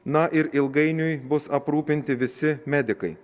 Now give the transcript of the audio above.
na ir ilgainiui bus aprūpinti visi medikai